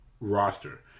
roster